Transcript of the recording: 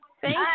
Thank